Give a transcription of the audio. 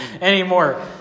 anymore